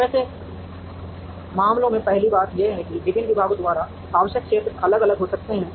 अब ऐसे मामलों में पहली बात यह है कि विभिन्न विभागों द्वारा आवश्यक क्षेत्र अलग अलग हो सकते हैं